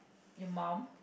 your mum